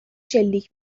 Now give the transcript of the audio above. شلیک